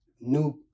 new